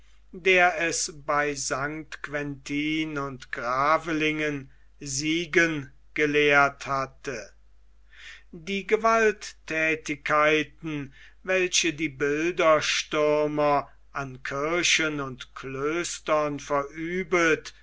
der es bei st quentin und gravelingen siegen gelehrt hatte die gewalttätigkeiten welche die bilderstürmer an kirchen und klöstern verübt